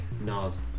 Nas